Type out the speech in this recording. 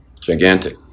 Gigantic